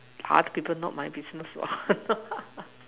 other people not my business what